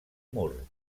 mur